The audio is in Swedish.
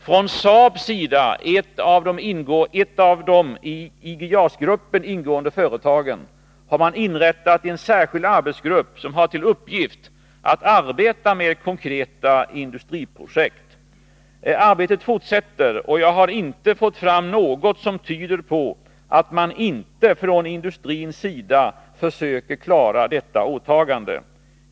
Från SAAB:s sida — ett av de i IG-JAS-gruppen ingående företagen — har man inrättat en särskild arbetsgrupp som har till uppgift att arbeta med konkreta industriprojekt. Arbetet fortsätter, och jag har inte fått fram något som tyder på att man från industrins sida inte försöker klara detta åtagande.